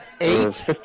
Eight